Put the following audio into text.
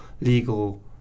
legal